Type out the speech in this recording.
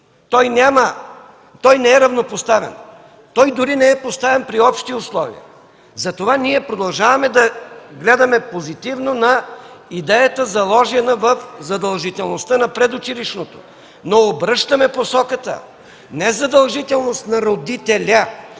Той не е равнопоставен, той дори не е поставен при общи условия. Затова ние продължаваме да гледаме позитивно на идеята, заложена в задължителността на предучилищното, но обръщаме посоката – не задължителност на родителя,